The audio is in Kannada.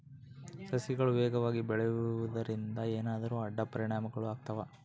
ಸಸಿಗಳು ವೇಗವಾಗಿ ಬೆಳೆಯುವದರಿಂದ ಏನಾದರೂ ಅಡ್ಡ ಪರಿಣಾಮಗಳು ಆಗ್ತವಾ?